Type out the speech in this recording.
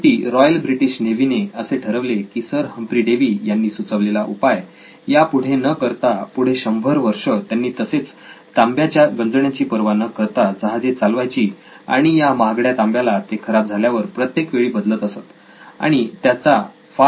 शेवटी Royal British Navy ने असे ठरवले की सर हम्फ्री डेवी यांनी सुचवलेला उपाय यापुढे न करता पुढे शंभर वर्ष त्यांनी तसेच तांब्याच्या गंजण्याची परवा न करता जहाजे चालवायची आणि या महागड्या तांब्याला ते खराब झाल्यावर प्रत्येक वेळी बदलत असतात आणि त्याचा फार खर्च होत असे